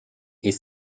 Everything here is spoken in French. est